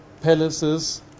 palaces